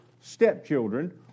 stepchildren